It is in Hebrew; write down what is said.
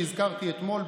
שהזכרתי אתמול,